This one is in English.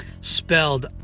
Spelled